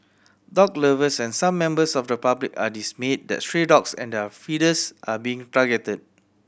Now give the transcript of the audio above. dog lovers and some members of the public are dismayed that stray dogs and their feeders are being targeted